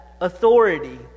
authority